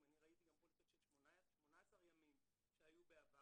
אני ראיתי גם פוליסות של 18 ימים שהיו בעבר.